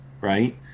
right